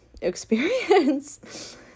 experience